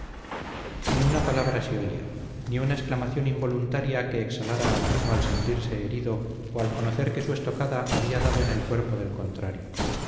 ni una palabra se oía ni una exclamación involuntaria que exhalara alguno al sentirse herido o al conocer que su estocada había dado en el cuerpo del contrario